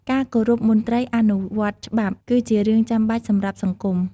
ការគោរពមន្ត្រីអនុវត្តច្បាប់ គឺជារឿងចាំបាច់សម្រាប់សង្គម។